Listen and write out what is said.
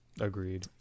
Agreed